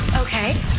Okay